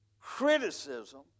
criticism